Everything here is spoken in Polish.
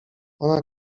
ona